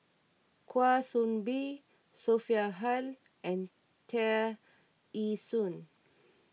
Kwa Soon Bee Sophia Hull and Tear Ee Soon